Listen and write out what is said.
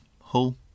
Hull